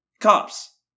Cops